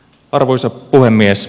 arvoisa puhemies